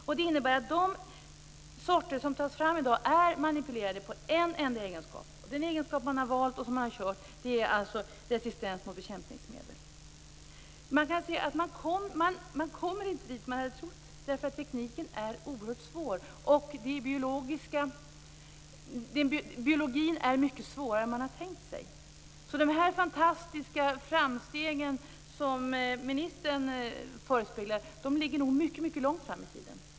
Detta innebär att de sorter som tas fram i dag är manipulerade på en enda egenskap. Den egenskap man har valt är resistens mot bekämpningsmedel. Man kommer alltså inte dit man har trott eftersom tekniken är oerhört svår, och biologin mycket svårare än man har tänkt sig. De fantastiska framsteg som ministern förespeglar ligger nog mycket långt fram i tiden.